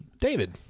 David